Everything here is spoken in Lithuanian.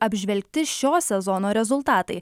apžvelgti šio sezono rezultatai